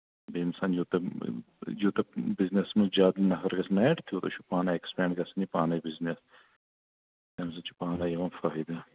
بیٚیہِ یوتاہ یوٗتاہ بِزنِسَس منٛز زیادٕ نَفر گژھَن اٮ۪ڈ تیوٗتاہ چھُ پانہٕ اٮ۪کٕسپینٛڈ گژھان یہِ پانَے بِزنِس اَمہِ سۭتۍ چھُ پانے یِوان فٲہدٕ